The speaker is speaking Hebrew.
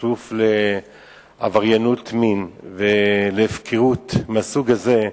חשוף לעבריינות מין ולהפקרות מהסוג הזה,